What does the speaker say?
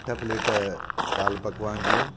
अठ प्लेट दालि पकवान जूं